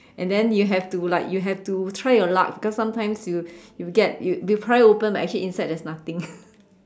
and then you have to like you have to try your luck cause sometimes you you get you pry open but actually inside there's nothing